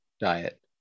diet